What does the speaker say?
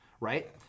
right